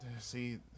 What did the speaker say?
See